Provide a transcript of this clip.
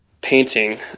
painting